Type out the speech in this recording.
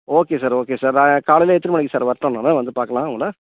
okay sir okay sir நான் காலையில் எத்தனை மணிக்கு சார் வரட்டும் நான் வந்து பார்க்கலாம் உங்களை